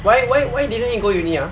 why why why didn't he go uni ah